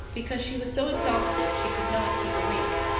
because she was so exhausted she could not keep awake.